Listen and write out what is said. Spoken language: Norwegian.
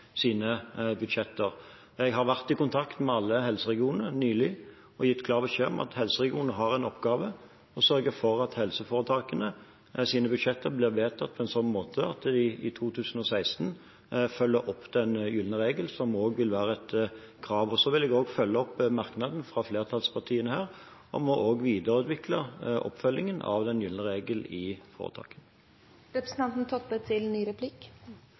sine budsjetter. Jeg har nylig vært i kontakt med alle helseregioner og gitt klar beskjed om at de har en oppgave i å sørge for at helseforetakenes budsjetter blir vedtatt på en sånn måte at de i 2016 følger opp den gylne regel, det vil være et krav. Jeg vil også følge opp merknaden fra flertallspartiene om å videreutvikle oppfølgingen av den gylne regel i